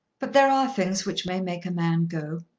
but there are things which may make a man go.